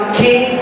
king